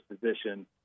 position